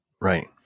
Right